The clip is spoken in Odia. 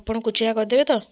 ଆପଣ ଖୁଚୁରା କରିଦେବେ ତ